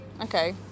Okay